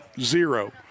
Zero